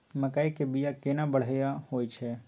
मकई के बीया केना बढ़िया होय छै?